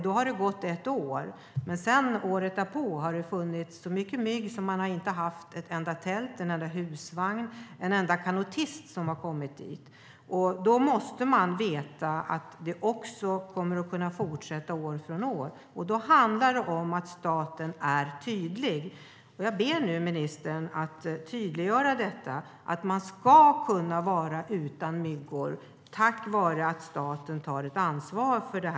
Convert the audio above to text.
Det har fungerat i ett år, men året därpå har det funnits så mycket mygg att det inte har kommit dit ett enda tält, en enda husvagn eller en enda kanotist. Därför måste man veta att verksamheten kan fortsätta år från år. Då handlar det om att staten är tydlig. Jag vill be ministern att tydliggöra att man ska kunna slippa myggor tack vare att staten tar ett ansvar för det.